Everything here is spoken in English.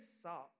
salt